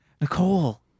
Nicole